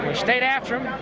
stayed after them,